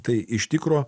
tai iš tikro